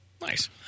Nice